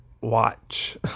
Watch